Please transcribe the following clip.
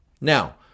Now